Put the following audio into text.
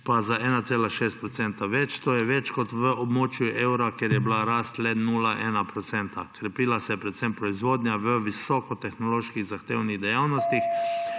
pa za 1,6 % več. To je več kot v območju evra, ker je bila rast le 0,1 %. Krepila se je predvsem proizvodnja v visoko tehnološko zahtevnih dejavnostih